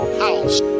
house